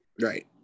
Right